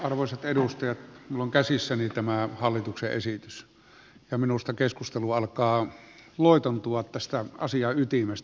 arvoisat edustajat minulla on käsissäni tämä hallituksen esitys ja minusta keskustelu alkaa loitontua tästä asian ytimestä